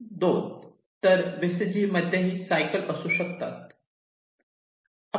२ तर व्हीसीजी मध्येही सायकल असू शकतात